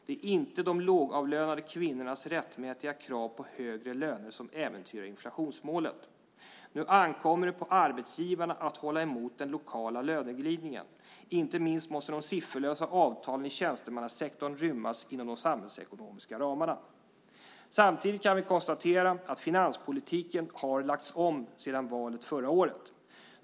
Det är inte de lågavlönade kvinnornas rättmätiga krav på högre löner som äventyrar inflationsmålet. Nu ankommer det på arbetsgivarna att hålla emot den lokala löneglidningen. Inte minst måste de sifferlösa avtalen i tjänstemannasektorn rymmas inom de samhällsekonomiska ramarna. Samtidigt kan vi konstatera att finanspolitiken har lagts om sedan valet förra året.